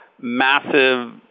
massive